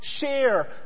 share